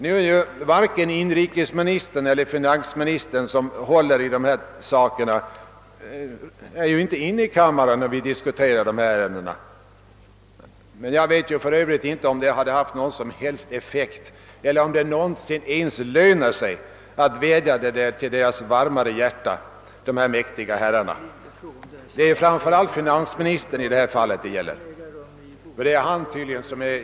Nu är ju varken inrikesministern eller finansministern, vilka är de som »håller i» dessa saker, inne i kammaren — och jag vet för övrigt inte om det skulle ha haft någon som helst effekt eller om det ens lönar sig att vädja till dessa mäktiga herrars hjärtan. Det är framför allt finansministern det gäller i detta fall.